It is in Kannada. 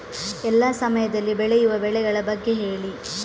ಎಲ್ಲಾ ಸಮಯದಲ್ಲಿ ಬೆಳೆಯುವ ಬೆಳೆಗಳ ಬಗ್ಗೆ ಹೇಳಿ